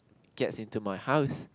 gets into my house